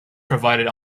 provided